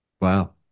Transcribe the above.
Wow